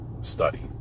study